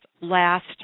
last